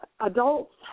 adults